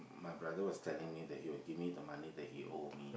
my brother was telling me that he will give me the money that he owe me